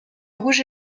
rouge